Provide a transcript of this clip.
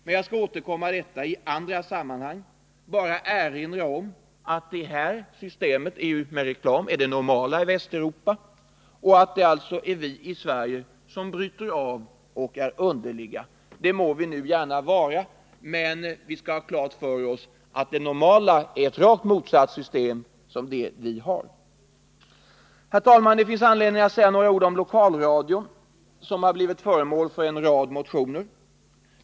Men jag skall återkomma till detta i annat sammanhang och nu bara erinra om att systemet med reklam är det normala i Västeuropa och att det alltså är vi i Sverige som bryter av och är underliga. Det må vi nu gärna vara, men vi skall ha klart för oss att det normala är rakt motsatt mot vad vi har. Herr talman! Det finns anledning att säga några ord om lokalradion, som blivit föremål för en rad motioner.